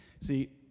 See